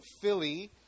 Philly